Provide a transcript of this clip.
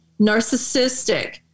narcissistic